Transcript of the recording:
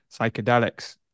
psychedelics